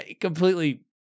completely